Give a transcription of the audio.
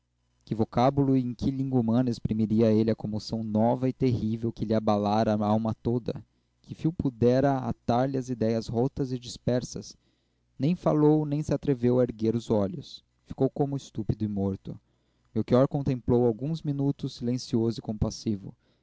que vocábulo e em que língua humana exprimiria ele a comoção nova e terrível que lhe abalara a alma toda que fio pudera atar lhe as idéias rotas e dispersas nem falou nem se atreveu a erguer os olhos ficou como estúpido e morto melchior contemplou-o alguns minutos silencioso e compassivo